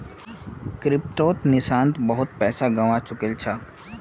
क्रिप्टोत निशांत बहुत पैसा गवा चुकील छ